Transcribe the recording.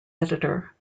editor